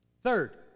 Third